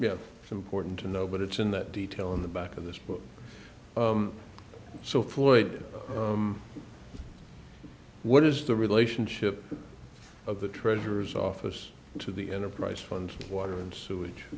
yeah it's important to know but it's in that detail in the back of this book so floyd what is the relationship of the treasurer's office to the enterprise fund water and sewage